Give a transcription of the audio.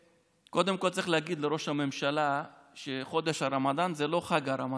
קודם כול צריך להגיד לראש הממשלה שחודש הרמדאן זה לא חג הרמדאן.